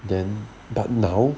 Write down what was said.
then but now